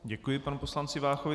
Děkuji panu poslanci Váchovi.